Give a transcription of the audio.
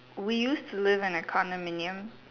we used to live in a condominium